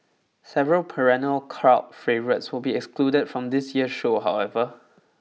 several perennial crowd favourites will be excluded from this year's show however